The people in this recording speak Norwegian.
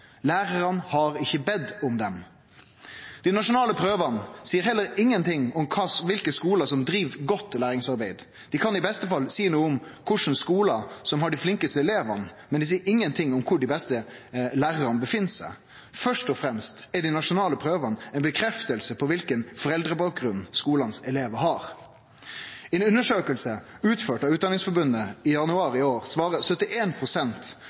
Lærarane har ikkje bede om dei. Dei nasjonale prøvene seier heller ikkje noko om kva for skolar som driv godt læringsarbeid. Dei kan i beste fall seie noko om kva for skolar som har dei flinkaste elevane, men dei seier ikkje noko om kvar dei beste lærarane er. Først og fremst er dei nasjonale prøvene ei stadfesting av kva slags foreldrebakgrunn skolens elevar har. I ei undersøking utført av Utdanningsforbundet i januar